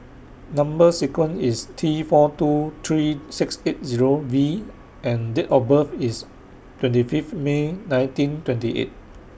Number sequence IS T four seven two three six eight Zero V and Date of birth IS twenty Fifth May nineteen twenty eight